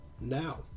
now